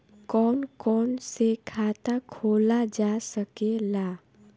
कौन कौन से खाता खोला जा सके ला?